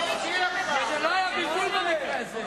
לא היה בלבול במקרה הזה.